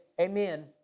amen